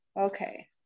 okay